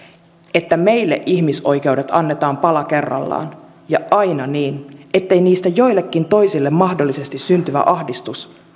että meille ihmisoikeudet annetaan pala kerrallaan ja aina niin ettei niistä joillekin toisille mahdollisesti syntyvä ahdistus